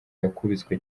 yakubiswe